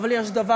תודה.